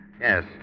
Yes